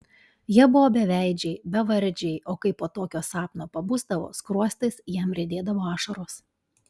jie buvo beveidžiai bevardžiai o kai po tokio sapno pabusdavo skruostais jam riedėdavo ašaros